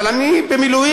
אבל אני במילואים,